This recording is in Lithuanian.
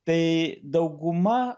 tai dauguma